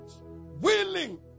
willing